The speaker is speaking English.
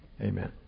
Amen